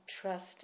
trust